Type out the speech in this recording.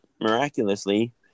miraculously